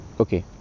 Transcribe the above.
Okay